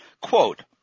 Quote